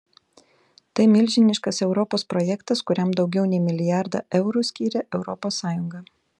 tai milžiniškas europos projektas kuriam daugiau nei milijardą eurų skyrė europos sąjunga